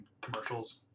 commercials